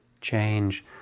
change